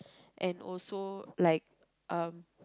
and also like uh